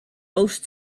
roast